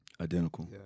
Identical